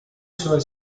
suoi